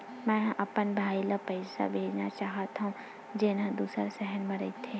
मेंहा अपन भाई ला पइसा भेजना चाहत हव, जेन हा दूसर शहर मा रहिथे